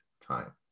time